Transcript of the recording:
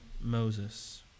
Moses